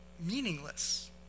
meaningless